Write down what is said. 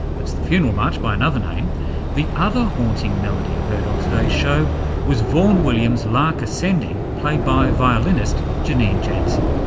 that's the funeral march by another name, and the other haunting melody you heard on today's show was vaughan williams lark ascending played by violinist janine jansen.